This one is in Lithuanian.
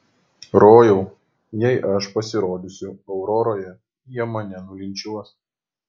rojau jei aš pasirodysiu auroroje jie mane nulinčiuos